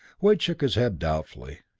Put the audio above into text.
wade shook his head doubtfully.